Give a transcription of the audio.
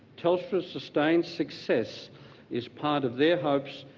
telstra's sustained success is part of their hopes,